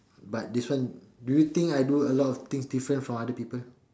but this one do you think I do a lot of things different from other people